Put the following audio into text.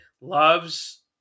loves